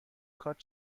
کارت